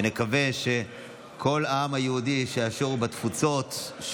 נקווה שכל העם היהודי באשר הוא בתפוצות,